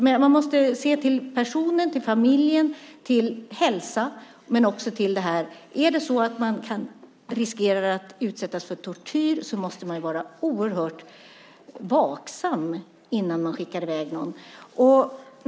Man måste se till personen, till familjen, till hälsan och också till annat. Om en person riskerar att utsättas för tortyr så måste man vara oerhört vaksam innan man skickar i väg honom eller henne.